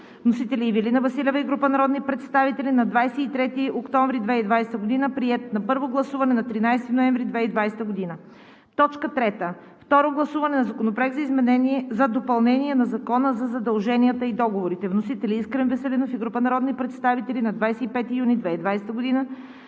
Вносители – Ивелина Василева и група народни представители на 23 октомври 2020 г. Приет на първо гласуване на 13 ноември 2020 г. 3. Второ гласуване на Законопроекта за допълнение на Закона за задълженията и договорите. Вносители – Искрен Веселинов и група народни представители на 25 юни 2020 г.